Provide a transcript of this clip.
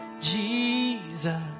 Jesus